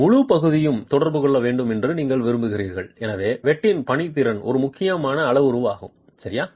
முழு பகுதியும் தொடர்பு கொள்ள வேண்டும் என்று நீங்கள் விரும்புகிறீர்கள் எனவே வெட்டின் பணித்திறன் ஒரு முக்கியமான அளவுருவாகும் சரியா